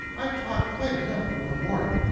i've talked quite enough for one morning.